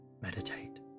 Meditate